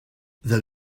that